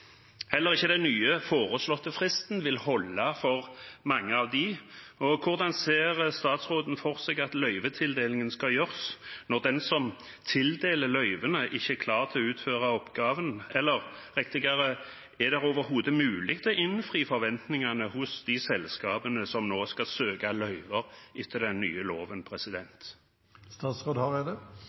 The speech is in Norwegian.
Heller ikke den nye foreslåtte fristen vil holde for mange av dem. Hvordan ser statsråden for seg at løyvetildelingen skal gjøres når den som tildeler løyvene, ikke er klar til å utføre oppgaven? Eller riktigere: Er det overhodet mulig å innfri forventningene hos de selskapene som nå skal søke løyver etter den nye loven?